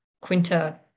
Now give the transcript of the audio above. Quinta